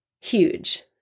huge